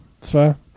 Fair